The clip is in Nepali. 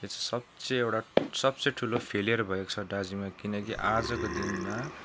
सबसे एउटा सबसे ठुलो फेलियर भएको छ दार्जिलिङमा किनकि आजको दिनमा